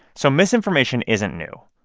so misinformation isn't new.